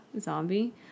Zombie